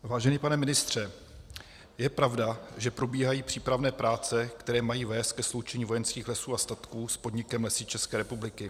Vážený pane ministře, je pravda, že probíhají přípravné práce, které mají vést ke sloučení Vojenských lesů a statků s podnikem Lesy České republiky?